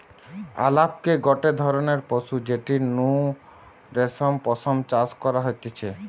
আলাপকে গটে ধরণের পশু যেটির নু রেশম পশম চাষ করা হতিছে